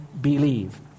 believe